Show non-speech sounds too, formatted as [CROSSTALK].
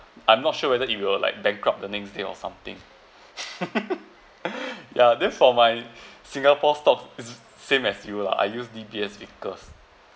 I'm not sure whether it will like bankrupt the next day or something [LAUGHS] ya therefore my singapore stocks is same as you lah I use D_B_S Vickers